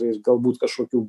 ir galbūt kažkokių